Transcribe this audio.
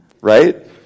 Right